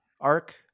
arc